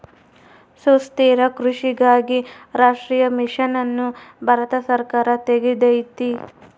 ಸುಸ್ಥಿರ ಕೃಷಿಗಾಗಿ ರಾಷ್ಟ್ರೀಯ ಮಿಷನ್ ಅನ್ನು ಭಾರತ ಸರ್ಕಾರ ತೆಗ್ದೈತೀ